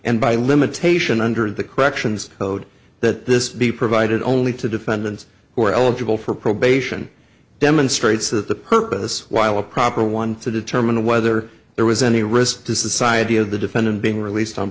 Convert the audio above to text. and by limitation under the corrections code that this be provided only to defendants who are eligible for probation demonstrates that the purpose while a proper one to determine whether there was any risk to society of the defendant being released on